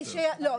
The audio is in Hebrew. לא,